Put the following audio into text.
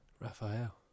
Raphael